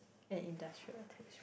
and industrial attach